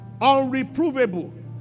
unreprovable